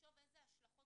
תחשוב איזה השלכות